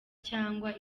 cyangwa